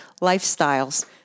lifestyles